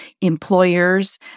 employers